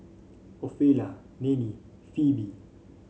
Ofelia Nannie Phoebe